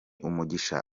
umugisha